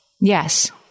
Yes